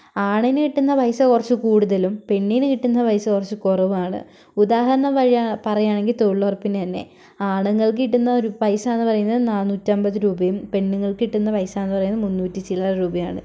ആണിന് കിട്ടുന്ന പൈസ കുറച്ച് കൂടുതലും പെണ്ണിന് കിട്ടുന്ന പൈസ കുറച്ച് കുറവും ആണ് ഉദാഹരണം വഴി പറയുകയാണെങ്കിൽ തൊഴിലുറപ്പിന് തന്നെ ആണുങ്ങൾക്ക് കിട്ടുന്ന ഒരു പൈസയെന്നു പറയുന്നത് നാന്നൂറ്റമ്പത് രൂപയും പെണ്ണുങ്ങൾക്ക് കിട്ടുന്ന പൈസയെന്ന് പറയുന്നത് മുന്നൂറ്റിച്ചില്ലറ രൂപയും ആണ്